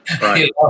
Right